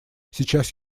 сейчас